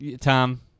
Tom